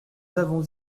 avons